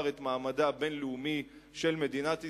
את מעמדה הבין-לאומי של מדינת ישראל,